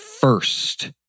first